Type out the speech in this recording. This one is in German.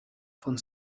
von